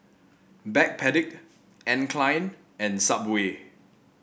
Backpedic Anne Klein and Subway